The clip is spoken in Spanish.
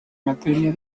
materia